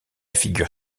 figure